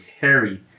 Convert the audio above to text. Harry